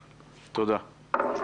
תודה.